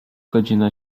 godzina